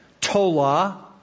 Tola